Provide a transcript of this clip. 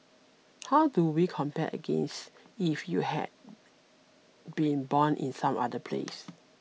how do we compare against if you had been born in some other place